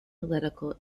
political